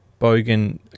Bogan